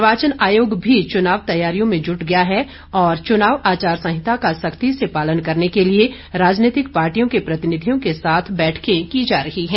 निर्वाचन आयोग भी चुनाव तैयारियों में जुट गया है और चुनाव आचार संहिता का सख्ती से पालन करने के लिए राजनीतिक पार्टियों के प्रतिनिधियों के साथ बैठकें की जा रही हैं